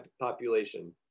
population